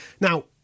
Now